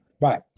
Bye